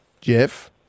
Jeff